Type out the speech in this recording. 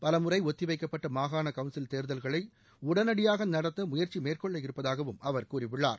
பலமுறை ஒத்திவைக்கப்பட்ட மாகாண கவுள்சில் தேர்தல்களை உடனடியாக நடத்த முயற்சி மேற்கொள்ள இருப்பதாகவும் அவர் கூறியுள்ளார்